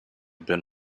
been